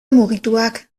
mugituak